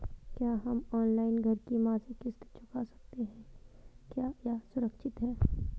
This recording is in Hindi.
क्या हम ऑनलाइन घर की मासिक किश्त चुका सकते हैं क्या यह सुरक्षित है?